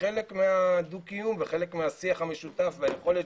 כחלק מהדו-קיום וחלק מהשיח המשותף והיכולת